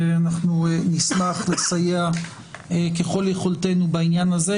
אנחנו נשמח לסייע ככל יכולתנו בעניין הזה,